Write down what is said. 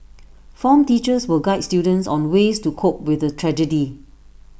form teachers will guide students on ways to cope with the tragedy